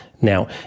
Now